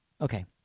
Okay